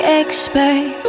expect